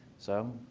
so